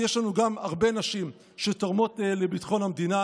יש לנו גם הרבה נשים שתורמות לביטחון המדינה.